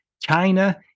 China